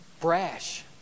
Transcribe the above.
brash